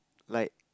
like